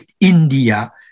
India